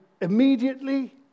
immediately